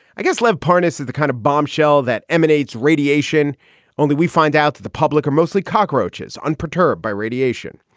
i guess live parnis is the kind of bombshell that emanates radiation only. we find out that the public are mostly cockroaches unperturbed by radiation.